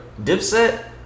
Dipset